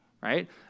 right